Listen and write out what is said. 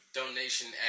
donation